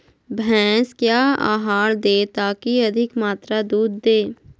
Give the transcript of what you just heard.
भैंस क्या आहार दे ताकि अधिक मात्रा दूध दे?